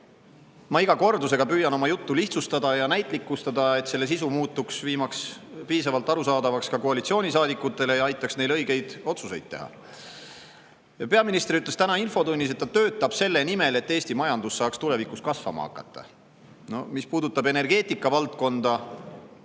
ma iga kordusega püüan oma juttu lihtsustada ja näitlikustada, et selle sisu muutuks viimaks piisavalt arusaadavaks ka koalitsioonisaadikutele ja aitaks neil õigeid otsuseid teha. Peaminister ütles täna infotunnis, et ta töötab selle nimel, et Eesti majandus saaks tulevikus kasvama hakata. Mis puudutab energeetika valdkonda,